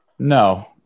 No